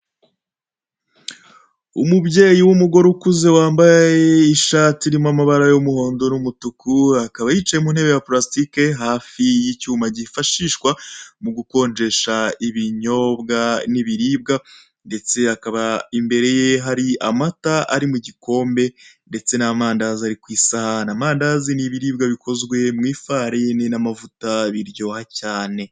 Umubyeyi w'umugore ukuze wambaye ishati irimo amabara y'umuhondo n'umutuku, akaba yicaye mu ntebe ya purasitike hafi y'icyuma gifashishwa mu gukonjesha ibinyobwa n'ibiribwa ndetse akaba imbere ye hari amata ari mu gikombe ndetse n'amandazi ari ku isahani. Amandazi ni ibiribwa bikozwe mu ifariini n'amavuta biryoha cyane.